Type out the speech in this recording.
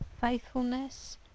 faithfulness